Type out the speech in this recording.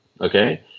Okay